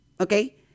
Okay